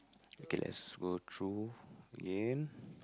okay let's go through again